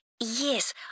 Yes